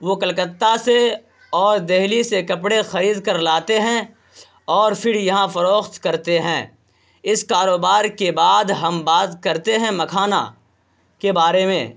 وہ کلکتہ سے اور دہلی سے کپڑے خرید کر لاتے ہیں اور پھر یہاں فروخت کرتے ہیں اس کاروبار کے بعد ہم بات کرتے ہیں مکھانا کے بارے میں